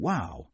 Wow